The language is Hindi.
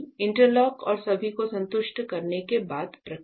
इंटरलॉक और सभी को संतुष्ट करने के बाद प्रक्रिया